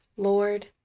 Lord